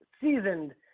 seasoned